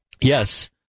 yes